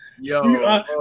Yo